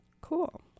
Cool